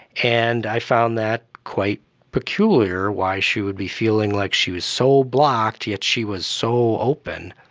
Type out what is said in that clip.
and i found that quite peculiar, why she would be feeling like she was so blocked yet she was so open.